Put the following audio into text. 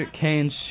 Kane's